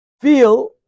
feel